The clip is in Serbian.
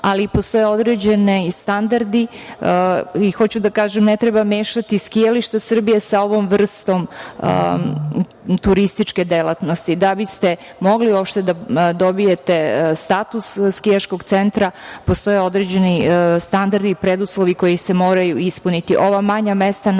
ali i postoje određeni standardi i hoću da kažem da ne treba mešati „Skijališta Srbije“ sa ovom vrstom turističke delatnosti. Da biste mogli uopšte da dobijete status skijaškog centra, postoje određeni standardi i preduslovi koji se moraju ispuniti. Ova manja mesta,